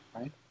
right